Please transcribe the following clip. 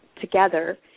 together